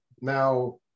now